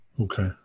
Okay